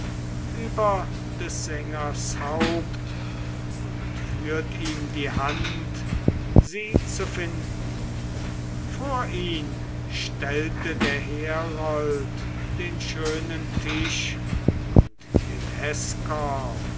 über des sängers haupt und führt ihm die hand sie zu finden vor ihn stellte der herold den schönen tisch und den